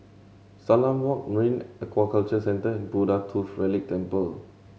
Salam Walk Marine Aquaculture Centre Buddha Tooth Relic Temple